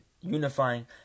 unifying